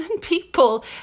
people